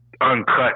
uncut